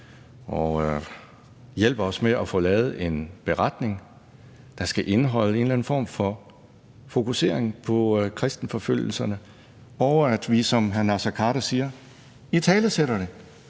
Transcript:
og hjælper os med at få lavet en beretning, der skal indeholde en eller anden form for fokusering på kristenforfølgelserne, og at vi, som hr. Naser Khader siger, italesætter det